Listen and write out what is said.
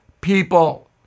people